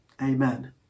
Amen